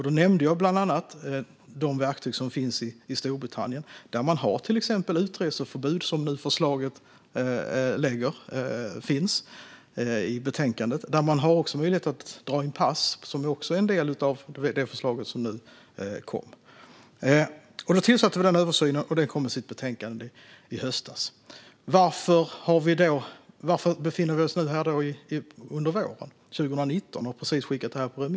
Då nämnde jag bland annat de verktyg som finns i Storbritannien där man har till exempel utreseförbud, som det nu finns ett förslag om i betänkandet, och möjlighet att dra in pass, vilket också är en del av det förslag som nu kom. Vi beslutade om översynen, och betänkandet kom i höstas. Varför har vi då precis skickat detta på remiss nu under våren 2019?